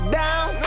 down